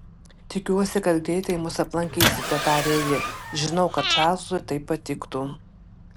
tikiuosi kad greitai mus aplankysite tarė ji žinau kad čarlzui tai patiktų